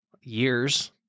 years